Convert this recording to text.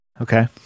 Okay